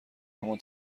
همان